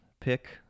pick